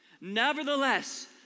nevertheless